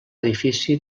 edifici